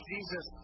Jesus